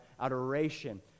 adoration